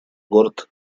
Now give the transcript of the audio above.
горд